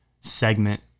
segment